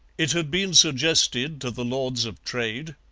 it had been suggested to the lords of trade,